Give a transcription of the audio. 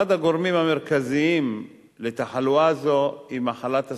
אחד הגורמים המרכזיים לתחלואה זו הוא מחלת הסוכרת.